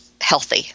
healthy